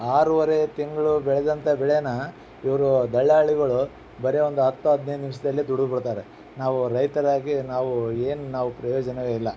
ಆರೂವರೆ ತಿಂಗಳು ಬೆಳೆದಂಥ ಬೆಳೆನ ಇವರು ದಲ್ಲಾಳಿಗಳು ಬರಿ ಒಂದು ಹತ್ತು ಹದಿನೈದು ನಿಮಿಷದಲ್ಲಿ ದುಡಿದ್ ಬಿಡ್ತಾರೆ ನಾವು ರೈತರಾಗಿ ನಾವು ಏನು ನಾವು ಪ್ರಯೋಜನವೇ ಇಲ್ಲ